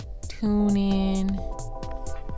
TuneIn